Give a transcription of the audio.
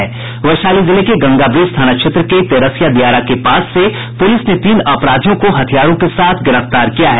वैशाली जिले के गंगाब्रिज थाना क्षेत्र के तेरसिया दियारा के पास से पुलिस ने तीन अपराधियों को हथियारों के साथ गिरफ्तार किया है